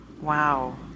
Wow